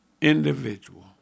individual